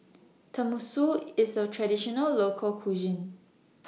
Tenmusu IS A Traditional Local Cuisine